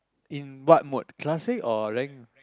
in what mode classic or rank